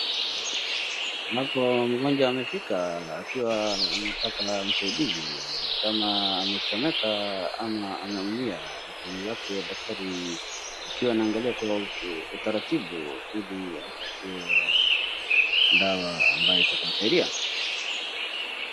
Hapo mgonjwa amefika akiwa anataka usaidizi ni kama amechomeka ama ameumia. Jukumu lake dakatari akiwa anaangalia kwa utaratibu ili ampatie dawa ambayo itamsaidia.